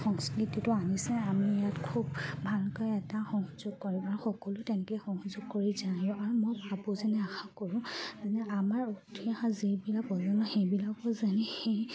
সংস্কৃতিটো আনিছে আমি ইয়াত খুব ভালকৈ এটা সহযোগ কৰিব আৰু সকলো তেনেকৈ সহযোগ কৰি যায়ো আৰু মই ভাবোঁ যেনে আশা কৰোঁ যেনে আমাৰ উঠি অহা যিবিলাক প্ৰজন্ম সেইবিলাকো যেনে সেই